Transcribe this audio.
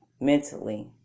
mentally